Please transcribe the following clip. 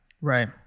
Right